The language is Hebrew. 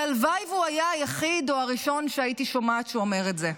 והלוואי והוא היה היחיד או הראשון שהייתי שומעת שאומר את זה.